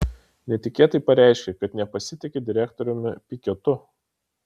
netikėtai pareiškė kad nepasitiki direktoriumi pikiotu